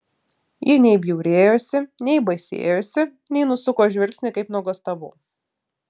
ji nei bjaurėjosi nei baisėjosi nei nusuko žvilgsnį kaip nuogąstavau